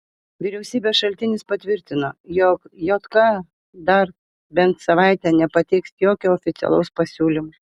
vyriausybės šaltinis patvirtino jog jk dar bent savaitę nepateiks jokio oficialaus pasiūlymo